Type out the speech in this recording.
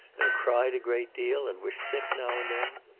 and cried a great deal, and were sick now and then?